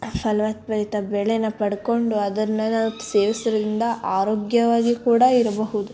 ಫಲವದ್ಭರಿತ ಬೆಳೇನ ಪಡ್ಕೊಂಡು ಅದನ್ನು ನಾವು ಸೇವಿಸುದ್ರಿಂದ ಆರೋಗ್ಯವಾಗಿ ಕೂಡ ಇರಬಹುದು